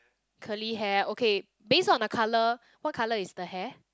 curly hair okay based on the colour what colour is the hair